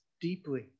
deeply